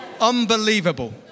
Unbelievable